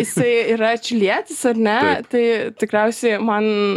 jisai yra čilietis ar ne tai tikriausiai man